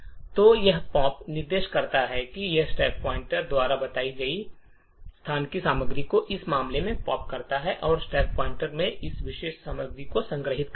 तो यह पॉप निर्देश क्या करता है कि यह स्टैक पॉइंटर द्वारा बताए गए स्थान की सामग्री को इस मामले में पॉप करता है और स्टैक पॉइंटर में इन विशेष सामग्रियों को संग्रहीत करता है